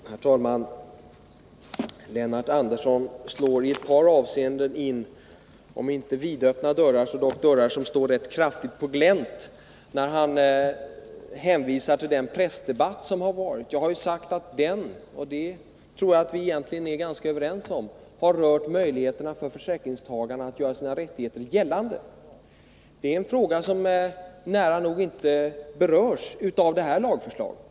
Herr talman! Lennart Andersson slår i ett par avseenden in om inte vidöppna dörrar så dock dörrar som står rätt kraftigt på glänt, när han hänvisar till den pressdebatt som förts. Jag har sagt att den — och det tror jag att vi är ganska överens om — har gällt möjligheterna för försäkringstagarna att göra sina rättigheter gällande. Det är en fråga som praktiskt taget inte alls berörs av den nu föreslagna lagen.